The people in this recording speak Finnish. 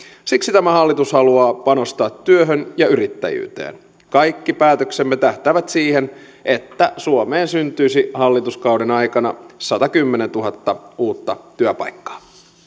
siksi tämä hallitus haluaa panostaa työhön ja yrittäjyyteen kaikki päätöksemme tähtäävät siihen että suomeen syntyisi hallituskauden aikana satakymmentätuhatta uutta työpaikkaa